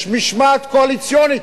יש משמעת קואליציונית,